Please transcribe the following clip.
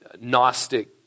Gnostic